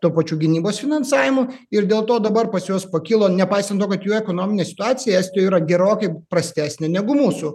tuo pačiu gynybos finansavimu ir dėl to dabar pas juos pakilo nepaisant to kad jų ekonominė situacija estijoj yra gerokai prastesnė negu mūsų